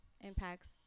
impacts